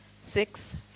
six